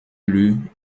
lue